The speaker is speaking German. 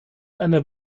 einer